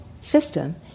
system